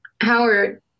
Howard